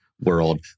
world